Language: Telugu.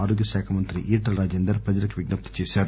ఆరోగ్య శాఖ మంత్రి ఈటల రాజేందర్ ప్రజలకు విజ్ఞప్తి చేశారు